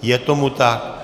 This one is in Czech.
Je tomu tak.